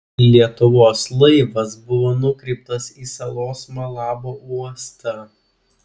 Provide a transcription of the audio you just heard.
lietuvos laivas buvo nukreiptas į salos malabo uostą